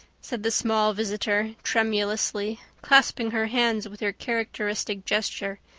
said the small visitor tremulously, clasping her hands with her characteristic gesture,